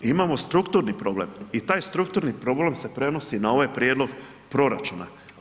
Imamo strukturni problem i taj strukturni problem se prenosi na ovaj prijedlog proračuna.